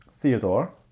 Theodore